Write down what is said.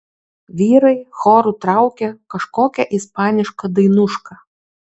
vyrai choru traukė kažkokią ispanišką dainušką